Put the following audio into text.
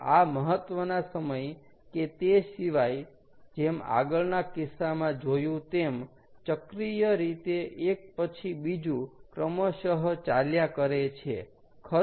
તો આ મહત્વના સમય કે તે સીવાય જેમ આગળના કિસ્સામાં જોયું તેમ ચક્રીય રીતે એક પછી બીજું ક્રમશ ચાલ્યા કરે છે